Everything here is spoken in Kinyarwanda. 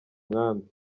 nkambi